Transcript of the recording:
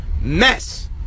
mess